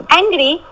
angry